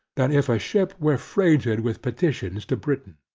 than if a ship were freighted with petitions to britain.